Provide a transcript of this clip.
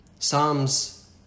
Psalms